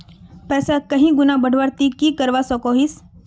पैसा कहीं गुणा बढ़वार ती की करवा सकोहिस?